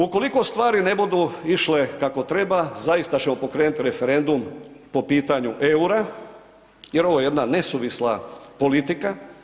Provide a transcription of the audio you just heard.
Ukoliko stvari ne budu išle kako treba zaista ćemo pokrenuti referendum po pitanju EUR-a jer ovo je jedna nesuvisla politika.